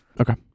okay